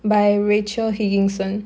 by rachel higginson